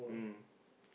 mm